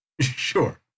Sure